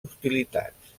hostilitats